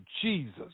Jesus